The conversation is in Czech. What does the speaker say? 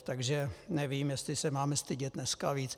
Tak nevím, jestli se mám stydět dneska víc.